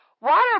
Water